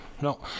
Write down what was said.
No